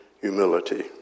humility